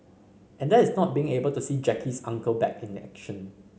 and that is not being able to see Jackie's Uncle back in action